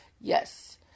Yes